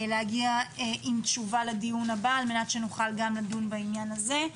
להגיע עם תשובה לדיון הבא על מנת שנוכל גם לדון בעניין הזה.